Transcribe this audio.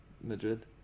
Madrid